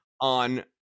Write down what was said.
on